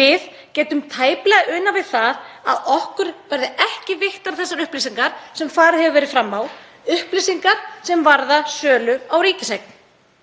Við getum tæplega unað við það að okkur verði ekki veittar þessar upplýsingar sem farið hefur verið fram á, upplýsingar sem varða sölu á ríkiseign.